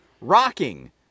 rocking